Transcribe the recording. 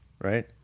right